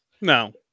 no